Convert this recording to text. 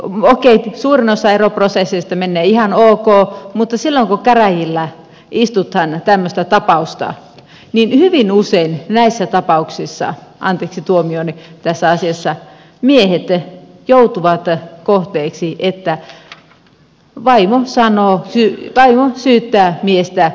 siis okei suurin osa eroprosesseista menee ihan ok mutta silloin kun käräjillä istutaan tämmöistä tapausta hyvin usein näissä tapauksissa anteeksi tuomioni tässä asiassa miehet joutuvat sen kohteeksi että vaimo syyttää miestä insestistä